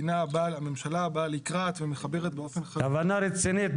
הממשלה באה לקראת ומחברת באופן --- כוונה רצינית.